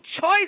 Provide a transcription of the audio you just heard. choice